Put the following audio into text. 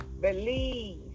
Believe